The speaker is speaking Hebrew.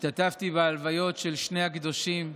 השתתפתי בהלוויות של שני הקדושים,